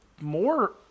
more